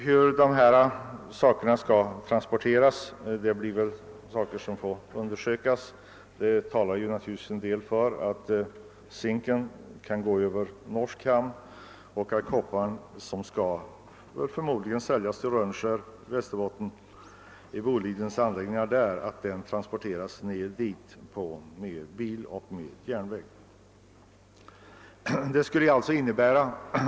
Hur produkterna sedan skall transporteras får väl undersökas — en del talar naturligtvis för att zinken kommer att gå över norsk hamn och att kopparn, som förmodligen skall säljas till Bolidens anläggningar i Rönnskär i Västerbotten, kommer att transporteras dit med bil och järnväg.